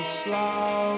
slow